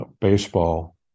baseball